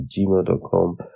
gmail.com